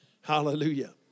Hallelujah